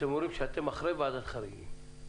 אתם אומרים שאתם אחרי ועדת חריגים.